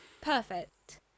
perfect